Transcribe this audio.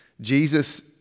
Jesus